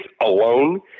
alone